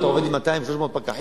אתה עובד עם 200 300 פקחים,